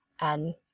And-